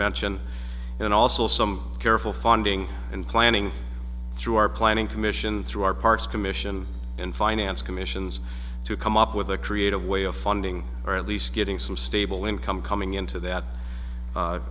mentioned and also some careful funding and planning through our planning commission through our parks commission and finance commissions to come up with a creative way of funding or at least getting some table income coming into that